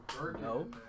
No